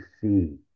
see